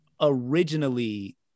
originally